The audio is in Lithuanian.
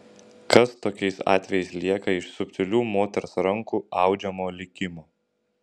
kas tokiais atvejais lieka iš subtilių moters rankų audžiamo likimo